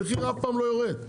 המחיר אף פעם לא יורד.